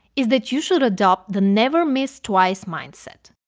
is that you should adopt the never miss twice mindset.